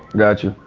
got you.